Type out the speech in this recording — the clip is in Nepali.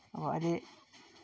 अब अहिले